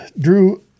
drew